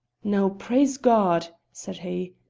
now praise god! said he.